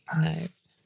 Nice